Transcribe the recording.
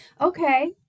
Okay